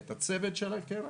את הצוות של הקרן,